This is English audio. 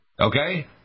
Okay